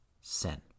sin